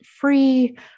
free